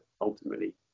ultimately